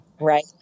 Right